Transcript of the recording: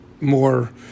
more